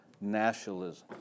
nationalism